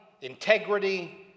integrity